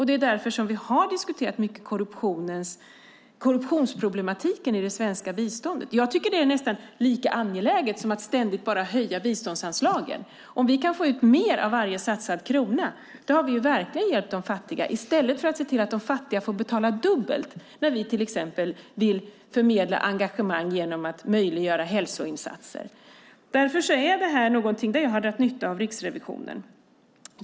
Det är därför som vi mycket har diskuterat korruptionsproblematiken i det svenska biståndet. Jag tycker att det är nästan lika angeläget som att ständigt bara höja biståndsanslagen. Om vi kan få ut mer av varje satsad krona har vi verkligen hjälpt de fattiga, i stället för att se till att de fattiga får betala dubbelt när vi till exempel vill förmedla engagemang genom att möjliggöra hälsoinsatser. Här har jag dragit nytta av Riksrevisionen.